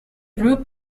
group